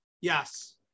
Yes